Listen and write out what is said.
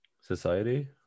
Society